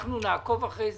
אנחנו נעקוב אחרי זה,